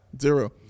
Zero